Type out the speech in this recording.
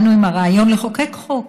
באנו עם הרעיון לחוקק חוק